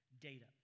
data